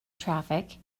traffic